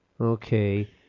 okay